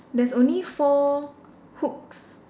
there's only four hooks